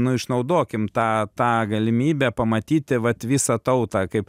nu išnaudokim tą tą galimybę pamatyti vat visą tautą kaip